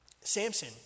Samson